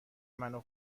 منو